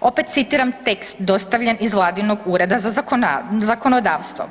Opet citiram tekst dostavljen iz Vladinog Ureda za zakonodavstvo.